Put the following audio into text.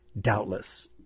doubtless